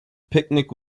picnic